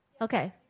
Okay